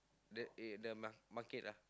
the eh the mar~ market ah